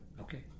Okay